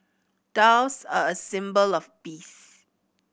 doves are a symbol of peace